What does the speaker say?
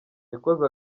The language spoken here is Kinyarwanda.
yakoze